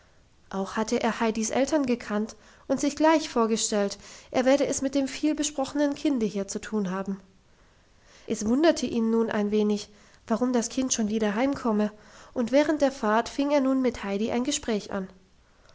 auch hatte er heidis eltern gekannt und sich gleich vorgestellt er werde es mit dem viel besprochenen kinde hier zu tun haben es wunderte ihn nun ein wenig warum das kind schon wieder heimkommen und während der fahrt fing er nun mit heidi ein gespräch an